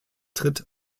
tritt